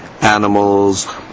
animals